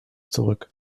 zurück